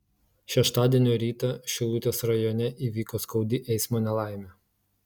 šeštadienio rytą šilutės rajone įvyko skaudi eismo nelaimė